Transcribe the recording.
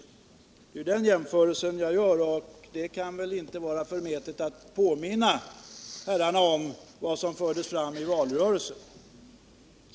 Det är den jämförelsen jag gör, och det kan väl inte vara förmätet att påminna herrarna om vad som fördes fram i valrörelsen.